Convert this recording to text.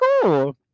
cool